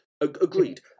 Agreed